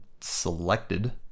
selected